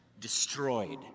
destroyed